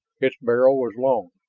its barrel was long,